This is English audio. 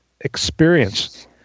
experience